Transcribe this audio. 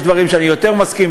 יש דברים שאני יותר מסכים,